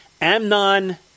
Amnon